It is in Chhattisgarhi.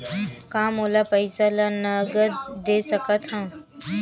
का मोला पईसा ला नगद दे सकत हव?